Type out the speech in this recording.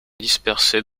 dispersés